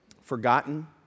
forgotten